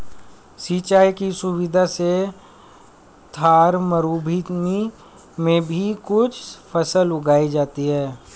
सिंचाई की सुविधा से थार मरूभूमि में भी कुछ फसल उगाई जाती हैं